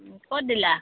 ক'ত দিলা